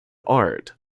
art